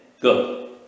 Good